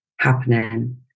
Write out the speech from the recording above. happening